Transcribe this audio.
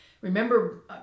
remember